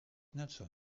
nelson